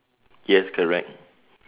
yes correct